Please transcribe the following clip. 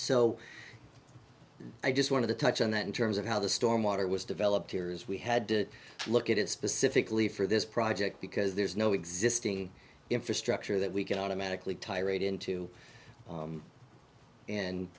so i just wanted to touch on that in terms of how the storm water was developed here is we had to look at it specifically for this project because there's no existing infrastructure that we can automatically tirade into